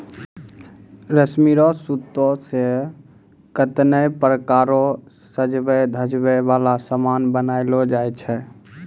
रेशमी रो सूत से कतै नै प्रकार रो सजवै धजवै वाला समान बनैलो जाय छै